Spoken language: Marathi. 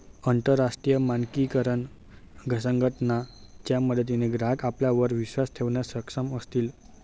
अंतरराष्ट्रीय मानकीकरण संघटना च्या मदतीने ग्राहक आपल्यावर विश्वास ठेवण्यास सक्षम असतील